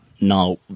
Now